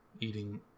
eating